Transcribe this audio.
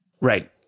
Right